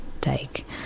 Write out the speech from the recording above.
take